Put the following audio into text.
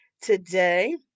today